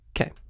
Okay